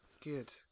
Good